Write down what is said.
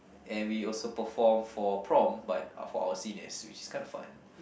and we also perform for prom but for our seniors which is kind of fun